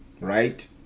right